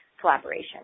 collaboration